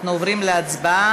אנחנו עוברים להצבעה.